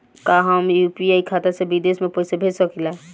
का हम यू.पी.आई खाता से विदेश में पइसा भेज सकिला?